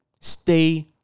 Stay